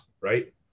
right